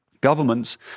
governments